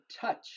touch